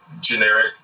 generic